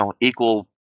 equal